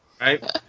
right